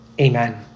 Amen